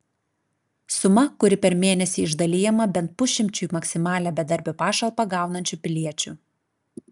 suma kuri per mėnesį išdalijama bent pusšimčiui maksimalią bedarbio pašalpą gaunančių piliečių